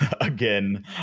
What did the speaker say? again